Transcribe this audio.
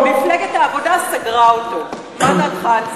ומפלגת העבודה סגרה אותו, מה דעתך על זה?